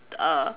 err